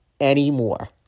anymore